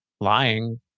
lying